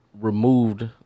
removed